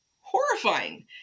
horrifying